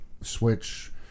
Switch